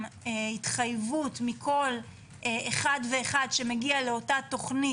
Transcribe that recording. התחייבות מכל אחד ואחד שמגיע לאותה תוכנית,